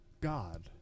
God